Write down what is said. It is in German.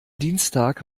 dienstag